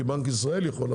כי בנק ישראל יכול,